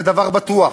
זה דבר בטוח.